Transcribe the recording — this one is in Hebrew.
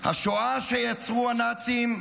השואה שיצרו הנאצים,